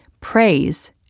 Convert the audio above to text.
Praise